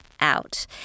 out